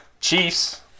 Chiefs